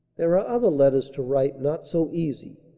there are other letters to write-not so easy,